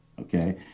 Okay